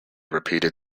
repeated